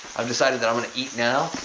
i've decided that i'm gonna eat now,